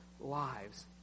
lives